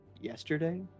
yesterday